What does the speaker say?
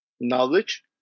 knowledge